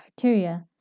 criteria